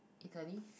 italy